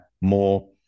more